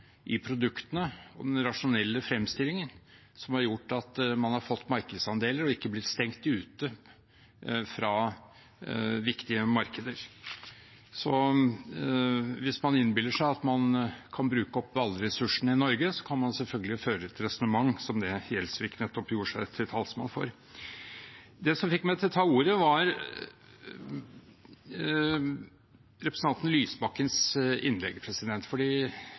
på produktene og den rasjonelle fremstillingen som har gjort at man har fått markedsandeler og ikke blitt stengt ute fra viktige markeder. Så hvis man innbiller seg at man kan bruke opp alle ressursene i Norge, kan man selvfølgelig føre et resonnement som det representanten Gjelsvik nettopp gjorde seg til talsmann for. Det som fikk meg til å ta ordet, var representanten Lysbakkens innlegg.